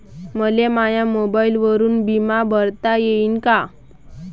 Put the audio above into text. मले माया मोबाईलवरून बिमा भरता येईन का?